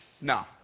No